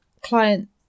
client